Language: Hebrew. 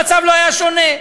המצב לא היה שונה,